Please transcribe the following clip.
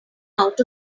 out